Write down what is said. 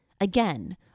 again